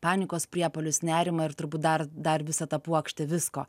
panikos priepuolius nerimą ir turbūt dar dar visą tą puokštę visko